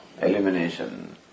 elimination